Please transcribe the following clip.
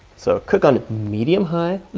so cook on medium high